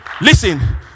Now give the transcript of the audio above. Listen